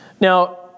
Now